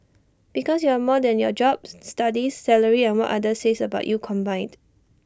because you're more than your jobs studies salary and what others say about you combined